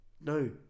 no